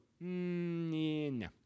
no